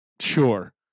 sure